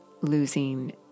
losing